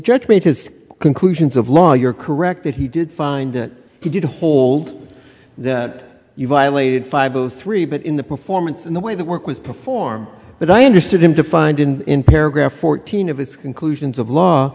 judge made his conclusions of law you're correct that he did find that he did hold that you violated five o three but in the performance in the way that work with perform that i understood him to find in paragraph fourteen of its conclusions of law